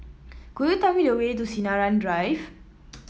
could you tell me the way to Sinaran Drive